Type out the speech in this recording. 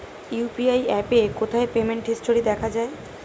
UPI অ্যাপে কোথায় payment history দেখা যায়?